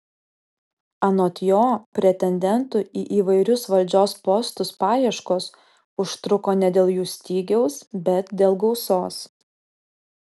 anot jo pretendentų į įvairius valdžios postus paieškos užtruko ne dėl jų stygiaus bet dėl gausos